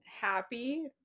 happy